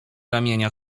ramienia